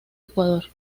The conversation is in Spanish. ecuador